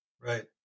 Right